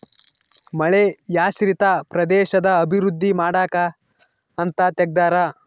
ಮಳೆಯಾಶ್ರಿತ ಪ್ರದೇಶದ ಅಭಿವೃದ್ಧಿ ಮಾಡಕ ಅಂತ ತೆಗ್ದಾರ